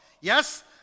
Yes